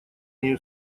нею